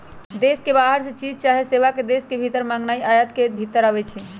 देश के बाहर से चीज चाहे सेवा के देश के भीतर मागनाइ आयात के भितर आबै छइ